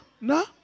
no